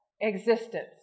existence